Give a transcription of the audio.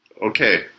Okay